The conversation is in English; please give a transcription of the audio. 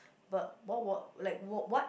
but what were like wh~ what